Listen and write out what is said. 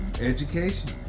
education